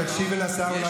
תקשיבי לשר,